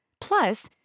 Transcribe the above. Plus